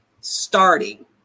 starting